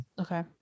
Okay